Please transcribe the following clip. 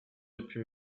depuis